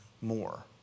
more